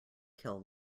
kill